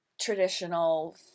traditional